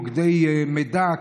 מוקדי מידע,